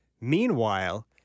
Meanwhile